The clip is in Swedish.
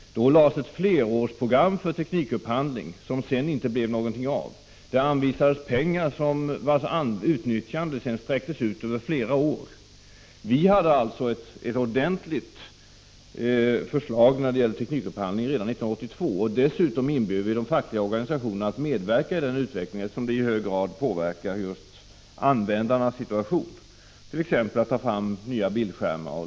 Då framlades ett flerårsprogram för teknikupphandling, som det sedan inte blev någonting av. Det anvisades pengar, vars utnyttjande sedan sträcktes ut över flera år. Vi hade alltså ett ordentligt förslag när det gäller teknikupphandlingen redan 1982. Dessutom inbjöd vi de fackliga organisationerna att medverka i den utvecklingen, eftersom den i hög grad påverkar användarnas situation —t.ex. när man skall ta fram nya bildskärmar.